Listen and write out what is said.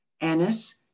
anise